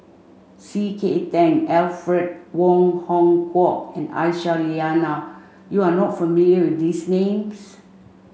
C K Tang Alfred Wong Hong Kwok and Aisyah Lyana you are not familiar with these names